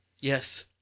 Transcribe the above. Yes